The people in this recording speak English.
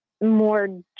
more